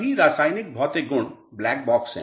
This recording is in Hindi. सभी रासायनिक भौतिक गुण ब्लैक बॉक्स हैं